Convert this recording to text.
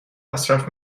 مصرف